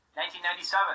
1997